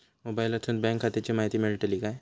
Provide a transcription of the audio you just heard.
मोबाईलातसून बँक खात्याची माहिती मेळतली काय?